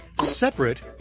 separate